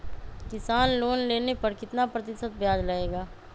किसान लोन लेने पर कितना प्रतिशत ब्याज लगेगा?